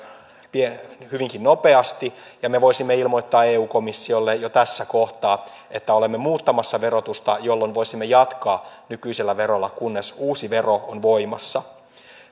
hyvinkin nopeasti ja me voisimme ilmoittaa eu komissiolle jo tässä kohtaa että olemme muuttamassa verotusta jolloin voisimme jatkaa nykyisellä verolla kunnes uusi vero on voimassa